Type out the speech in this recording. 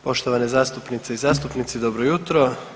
Poštovane zastupnice i zastupnici dobro jutro.